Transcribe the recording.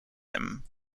him